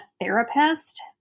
therapist